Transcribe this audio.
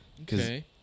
Okay